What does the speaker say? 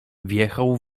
wjechał